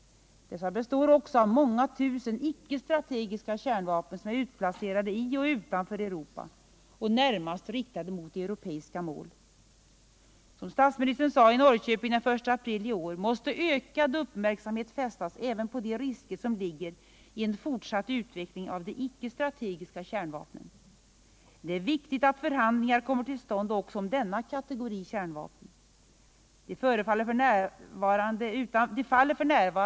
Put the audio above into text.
Dessa består också av många tusen icke-strategiska kärnvapen som är utplacerade i och utanför Europa och närmast riktade mot europeiska mål. Som statsministern sade i Norrköping den I april i år måste ökad uppmärksamhet fästas även på de risker som ligger i en fortsatt utveckling av de icke-swategiska kärnvapnen. Det är viktigt att förhandlingar kommer till stånd också om denna kategori kärnvapen. De faller ft.